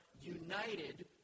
united